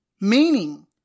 meaning